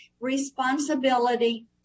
responsibility